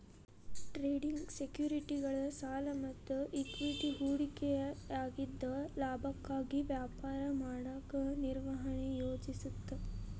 trading ಸೆಕ್ಯುರಿಟಿಗಳ ಸಾಲ ಮತ್ತ ಇಕ್ವಿಟಿ ಹೂಡಿಕೆಯಾಗಿದ್ದ ಲಾಭಕ್ಕಾಗಿ ವ್ಯಾಪಾರ ಮಾಡಕ ನಿರ್ವಹಣೆ ಯೋಜಿಸುತ್ತ